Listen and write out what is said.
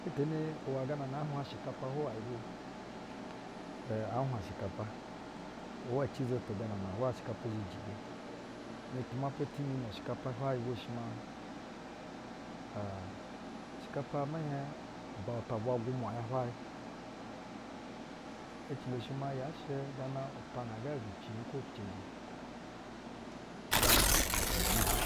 Ihetene iwɛ gana na aa nhwa ushɛkapa hwuwayɛ go. ɛn aa nhwa ushɛkapa zhɛ jiye. Na tumapa timi nu-ushɛkapa hwayɛ bwonu shɛ maa, aa ushɛkapa mɛ hieƞ ubauta-ubwa gwumwa ya hwayɛ. Ecilo shɛ maa yaa shɛ gana upiana ga bi cinhiƞ kwo bi cenje, uga aa suyana upiana biyi b wo.